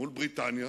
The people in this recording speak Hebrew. מול בריטניה